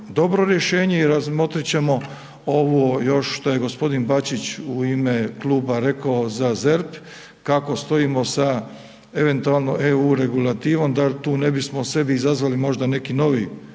dobro rješenje i razmotrit ćemo ovo još što je g. Bačić u ime kluba rekao za ZERP, kako stojimo sa eventualno EU regulativom da tu ne bismo sebi izazvali možda neki novi